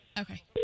Okay